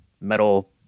metal